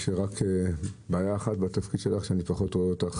יש רק בעיה אחת בתפקיד שלך, אני רואה אותך פחות